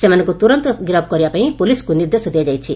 ସେମାନଙ୍କୁ ତୁରନ୍ତ ଗିରଫ କରିବା ପାଇଁ ପୋଲିସକୁ ନିର୍ଦ୍ଦେଶ ଦିଆଯାଇଛି